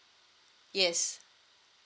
yes